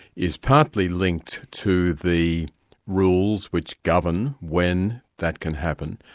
is partly linked to the rules which govern when that can happen.